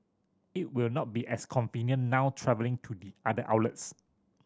it will not be as convenient now travelling to the other outlets